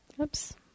Oops